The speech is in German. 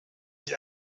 ich